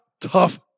tough